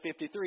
53